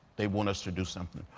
they want us to do something.